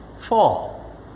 Fall